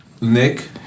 Nick